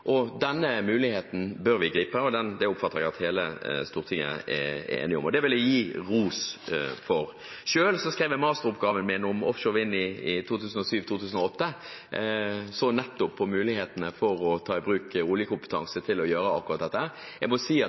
og denne muligheten bør vi gripe. Det oppfatter jeg at hele Stortinget er enig i, og det vil jeg gi ros for. Selv skrev jeg masteroppgave om offshore vind i 2007–2008, og jeg så på mulighetene for å ta i bruk oljekompetanse til å gjøre akkurat dette. Det var spesielt interessert å